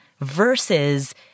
versus